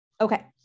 Okay